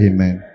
Amen